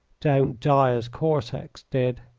don't die as cortex did.